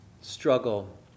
struggle